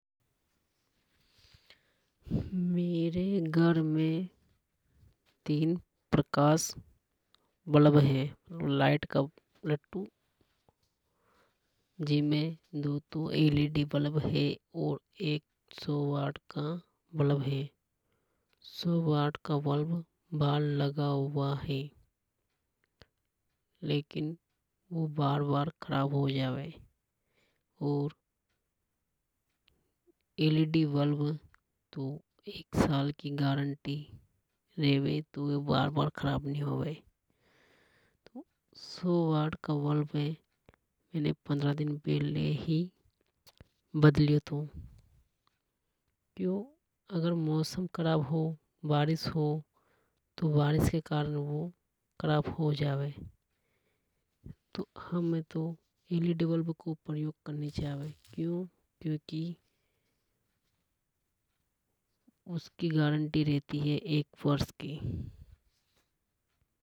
मेरे घर में तीन प्रकाश बल्ब हे लाइट के लट्टू जीमे दो तो एलईडी बल्ब हे और एक सौ वाट का बल्ब हे सौ वाट का बल्ब बाहर लगा हुआ हे। लेकिन वो बार बार खराब हो जावे लेकिन एलईडी बल्ब की एक साल की गारंटी रेवे तो खराब नि होवे सौ वाट का बल्ब तो पंद्रह दिन पहले ही बदलियों थो क्यों। अगर मौसम खराब हो बारिश हो तो बारिश के कारण वो खराब हो जावे तो हमें तो एलईडी बल्ब को प्रयोग करनी चावे क्योंकि उसकी गारंटी रहती हे एक वर्ष की।